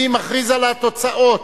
אני מכריז על התוצאות.